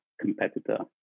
competitor